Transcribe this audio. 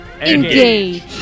Engage